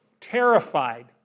terrified